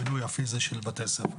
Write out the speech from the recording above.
הבינוי הפיזי של בתי הספר.